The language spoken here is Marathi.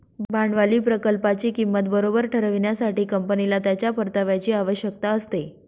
भांडवली प्रकल्पाची किंमत बरोबर ठरविण्यासाठी, कंपनीला त्याच्या परताव्याची आवश्यकता असते